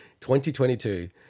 2022